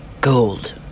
Gold